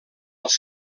els